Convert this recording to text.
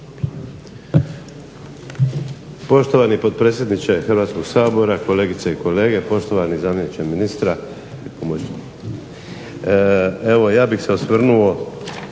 Poštovani potpredsjedniče Hrvatskog sabora, kolegice i kolege, poštovani zamjeniče ministra. Evo ja bih se osvrnuo